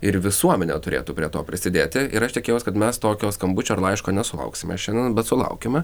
ir visuomenė turėtų prie to prisidėti ir aš tikėjaus kad mes tokio skambučio ar laiško nesulauksime šiandien bet sulaukėme